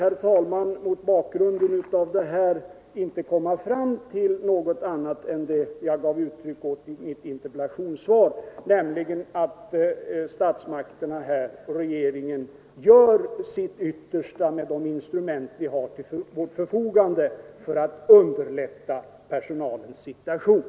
Mot denna bakgrund kan jag inte komma fram till något annat än vad jag framhöll i mitt interpellationssvar, nämligen att vi i regeringen med de instrument vi har till vårt förfogande gör vårt yttersta för att underlätta personalens situation.